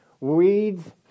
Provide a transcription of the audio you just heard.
weeds